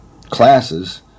classes